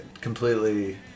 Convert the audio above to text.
completely